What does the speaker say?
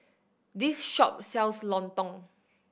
this shop sells lontong